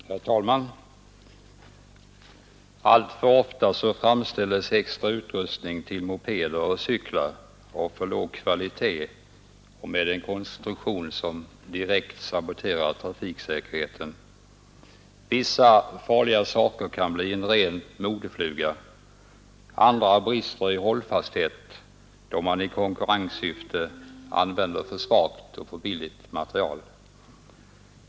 Herr talman! Alltför ofta framställs extra utrustning till mopeder och cyklar av för låg kvalitet och av en konstruktion som direkt saboterar trafiksäkerheten. Vissa farliga detaljer kan bli en ren modefluga, och andra detaljer brister i hållfasthet, eftersom man i konkurrenssyfte använder för svagt och för billigt material.